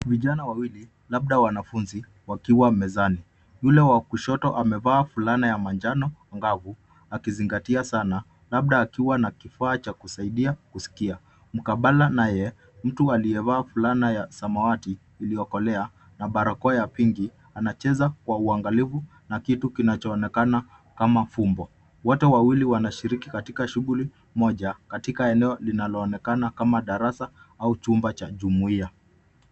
Vijana wawili labda wanafunzi wakiwa mezani. Yule wa kushoto amevaa fulana ya manjano anga'vu akizingatia sana, labda akiwa na kifaa cha kusaidia kusikia. Mkabala naye, mtu aliyevaa fulana ya samawati iliyokolea na barakoa ya pinki, anacheza kwa uangalifu na kitu kinachoonekana kama fumbo. Wote wawili wanashiriki katika shughuli moja katika eneo linaloonekana kama darasa au chumba cha jumuia.